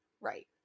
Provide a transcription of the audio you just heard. right